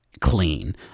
clean